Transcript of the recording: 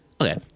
Okay